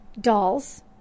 dolls